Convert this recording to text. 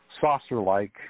saucer-like